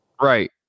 right